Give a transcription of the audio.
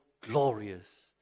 glorious